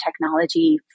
technology